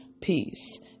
peace